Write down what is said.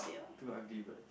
two ugly bird